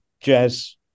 jazz